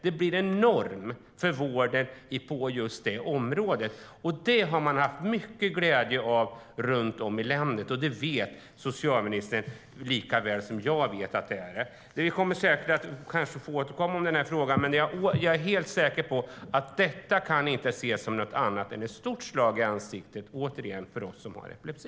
Det blir en norm för vården på just det området, och det har man haft mycket glädje av runt om i landet. Det vet socialministern lika väl som jag. Vi kommer säkert att få återkomma i frågan, men jag är helt säker på att detta inte kan ses som något annat än ett stort slag i ansiktet - återigen - för oss som har epilepsi.